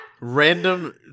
Random